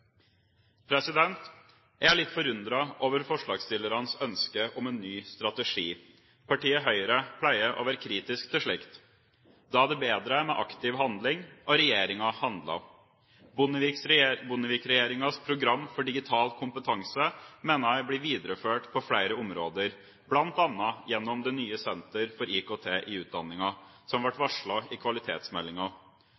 Jeg er litt forundret over forslagsstillernes ønske om en ny strategi. Partiet Høyre pleier å være kritisk til slikt. Da er det bedre med aktiv handling, og regjeringa handler. Bondevik-regjeringas Program for digital kompetanse 2004–2008 mener jeg blir videreført på flere områder, bl.a. gjennom det nye Senter for IKT i utdanningen, som